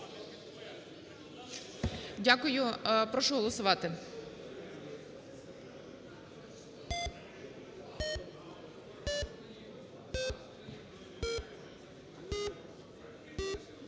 Дякую. Прошу голосувати.